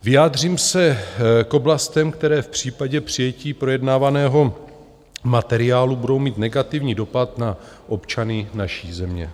Vyjádřím se k oblastem, které v případě přijetí projednávaného materiálu budou mít negativní dopad na občany naší země.